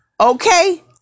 okay